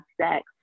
sex